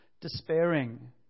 despairing